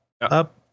up